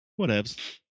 whatevs